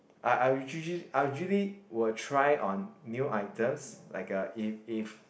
I I usually I usually will try on new items like uh if if